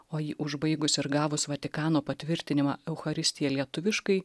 o jį užbaigus ir gavus vatikano patvirtinimą eucharistija lietuviškai